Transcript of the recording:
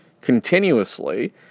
continuously